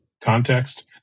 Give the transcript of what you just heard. context